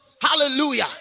Hallelujah